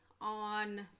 on